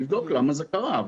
נבדוק למה זה קרה,